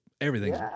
Everything's